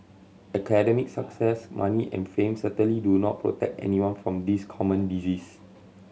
academic success money and fame certainly do not protect anyone from this common disease